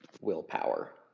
willpower